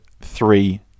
three